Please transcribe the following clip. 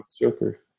Joker